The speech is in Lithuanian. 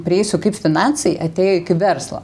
prieisiu kaip finansai atėjo iki verslo